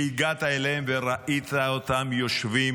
הגעת אליהם וראית אותם יושבים